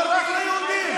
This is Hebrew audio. אבל רק ליהודים.